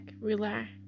relax